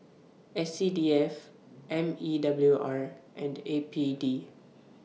S C D F M E W R and A P D